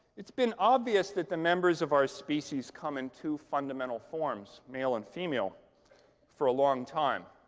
it's been obvious that the members of our species come in two fundamental forms male and female for a long time.